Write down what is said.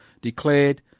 declared